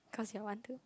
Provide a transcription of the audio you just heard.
cause you all want to